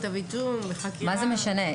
מה זה משנה?